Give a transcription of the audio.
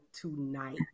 tonight